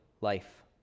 life